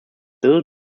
bill